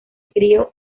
crio